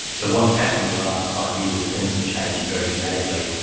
so what's happened in the last five years is things have changed very dramatically.